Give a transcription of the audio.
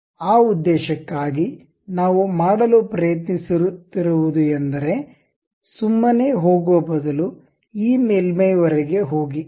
ಆ ಉದ್ದೇಶಕ್ಕಾಗಿ ನಾವು ಮಾಡಲು ಪ್ರಯತ್ನಿಸುತ್ತಿರುವುದು ಎಂದರೆ ಸುಮ್ಮನೆ ಹೋಗುವ ಬದಲು ಈ ಮೇಲ್ಮೈ ವರೆಗೆ ಹೋಗಿ